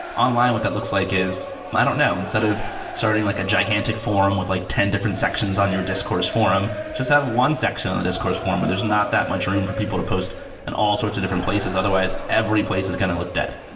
online what that looks like is i don't know. instead of starting like a gigantic forum with like ten different sections on your disk course forum, just have one section on this disk course forum where there's not that much room for people to post in and all sorts of different places. otherwise, every place is going to look dead,